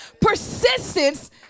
persistence